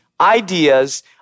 ideas